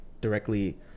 directly